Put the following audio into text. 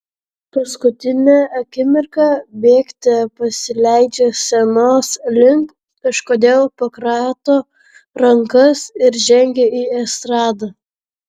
paskutinę akimirką bėgte pasileidžia scenos link kažkodėl pakrato rankas ir žengia į estradą